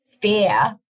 fear